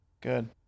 good